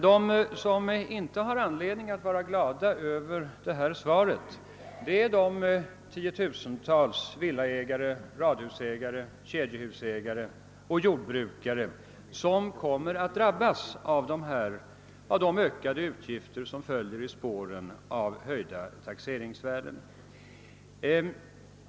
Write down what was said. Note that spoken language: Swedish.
De som inte har anledning att vara glada över svaret är de tiotusentals villaägare, radhusägare, kedjehusägare och jordbrukare som kommer att drabbas av de ökade utgifter som följer i spåren av höjda taxeringsvärden.